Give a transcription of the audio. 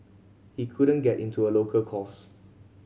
he couldn't get into a local course